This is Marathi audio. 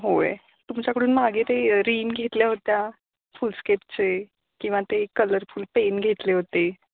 होय तुमच्याकडून मागे ते रीन घेतल्या होत्या फुल स्केपचे किंवा ते कलरफुल पेन घेतले होते